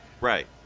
Right